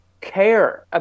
care